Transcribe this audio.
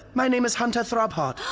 my name is hunter throbheart,